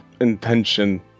intention